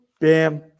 bam